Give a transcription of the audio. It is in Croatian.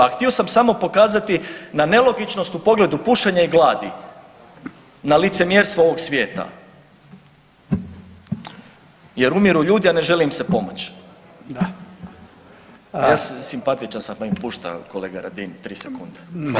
A htio sam samo pokazati na nelogičnost u pogledu pušenja i gladi, na licemjerstvo ovog svijeta jer umiru ljudi, a ne želi im se pomoć [[Upadica: Da]] Simpatičan sam, pa mi pušta kolega Radin 3 sekunde.